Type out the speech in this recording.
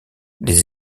les